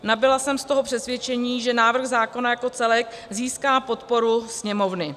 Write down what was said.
Nabyla jsem z toho přesvědčení, že návrh zákona jako celek získá podporu Sněmovny.